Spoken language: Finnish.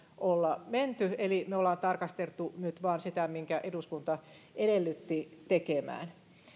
olla menty eli me olemme tarkastelleet nyt vain sitä minkä eduskunta edellytti tekemään